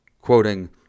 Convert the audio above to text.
Quoting